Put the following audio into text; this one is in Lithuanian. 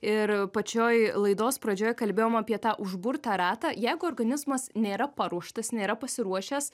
ir pačioj laidos pradžioje kalbėjom apie tą užburtą ratą jeigu organizmas nėra paruoštas nėra pasiruošęs